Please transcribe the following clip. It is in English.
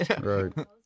right